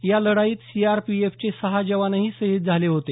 या लढाईत सीआरपीएफचे सहा जवान शहीद झाले होते